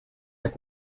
like